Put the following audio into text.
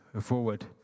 forward